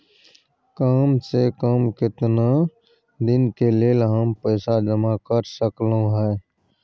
काम से कम केतना दिन के लेल हम पैसा जमा कर सकलौं हैं?